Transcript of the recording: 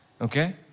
Okay